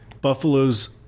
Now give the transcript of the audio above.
Buffalo's –